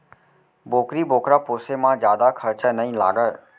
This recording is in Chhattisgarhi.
बोकरी बोकरा पोसे म जादा खरचा नइ लागय